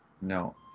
No